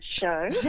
show